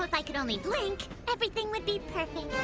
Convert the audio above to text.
i could only blink, everything would be perfect.